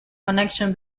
connection